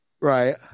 Right